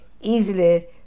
easily